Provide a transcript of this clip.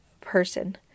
person